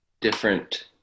different